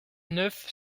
neuf